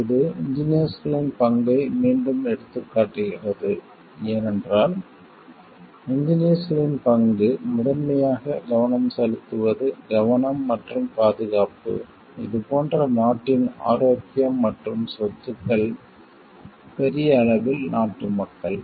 இது இன்ஜினியர்ஸ்களின் பங்கை மீண்டும் எடுத்துக்காட்டுகிறது ஏனென்றால் இன்ஜினியர்ஸ்களின் பங்கு முதன்மையாக கவனம் செலுத்துவது கவனம் மற்றும் பாதுகாப்பு இது போன்ற நாட்டின் ஆரோக்கியம் மற்றும் சொத்துக்கள் பெரிய அளவில் நாட்டு மக்கள்